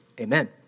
Amen